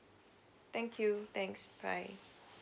thank you thanks bye